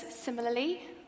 similarly